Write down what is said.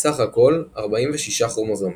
סה"כ 46 כרומוזומים.